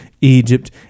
Egypt